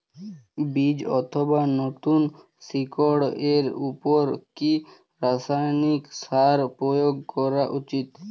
বীজ অথবা নতুন শিকড় এর উপর কি রাসায়ানিক সার প্রয়োগ করা উচিৎ?